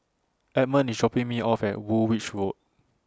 Edmund IS dropping Me off At Woolwich Road